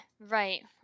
Right